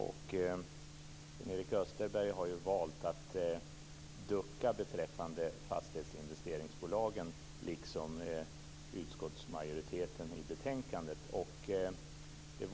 Sven Erik Österberg har valt att ducka beträffande fastighetsinvesteringsbolagen, liksom utskottsmajoriteten i betänkandet.